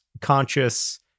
conscious